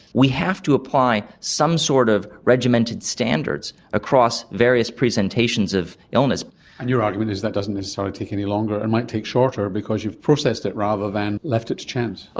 we have to apply some sort of regimented standards across various presentations of illness. and your argument is that doesn't necessarily take any longer and it might take shorter because you've processed it rather than left it to chance. ah